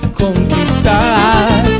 conquistar